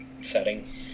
setting